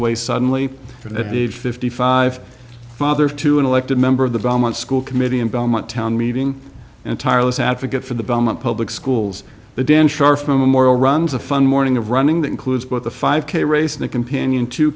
away suddenly at age fifty five father to an elected member of the belmont school committee in belmont town meeting and tireless advocate for the belmont public schools the dan scharf memorial runs a fun morning of running that includes both the five k race and the companion two